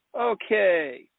Okay